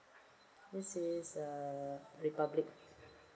this is uh republic